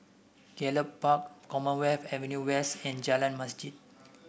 Gallop Park Commonwealth Avenue West and Jalan Masjid